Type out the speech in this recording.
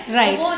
right